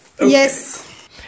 Yes